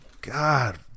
God